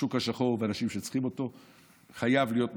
השוק השחור והאנשים שצריכים אותו חייבים להיות מופרדים,